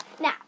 Now